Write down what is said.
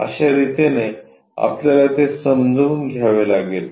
अश्या रितीने आपल्याला ते समजून घ्यावे लागेल